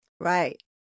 Right